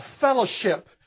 fellowship